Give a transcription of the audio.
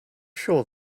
sure